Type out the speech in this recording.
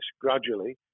gradually